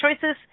Choices